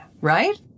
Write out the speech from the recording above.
right